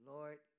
Lord